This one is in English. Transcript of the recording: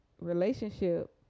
relationship